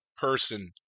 person